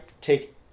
take